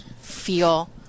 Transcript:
feel